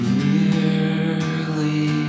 nearly